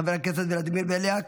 חבר הכנסת ולדימיר בליאק,